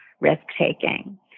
risk-taking